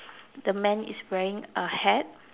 the man is wearing a hat